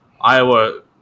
Iowa